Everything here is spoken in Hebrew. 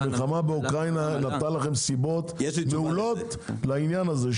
המלחמה באוקראינה נתנה לכם סיבות מעולות לעניין הזה.